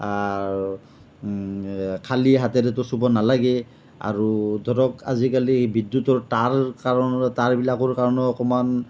আৰু খালি হাতেৰেতো চুব নালাগেই আৰু ধৰক আজিকালি বিদ্যুতৰ তাঁৰ চাৰৰ তাঁৰবিলাকৰ কাৰণেও অকণমান